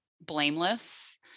blameless